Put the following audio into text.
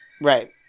Right